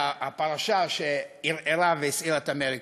והפרשה שערערה והסעירה את אמריקה.